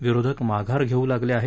विरोधक माघार घेऊ लागले आहेत